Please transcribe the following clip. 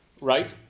right